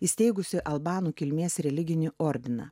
įsteigusi albanų kilmės religinį ordiną